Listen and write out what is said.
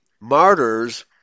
martyrs